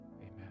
Amen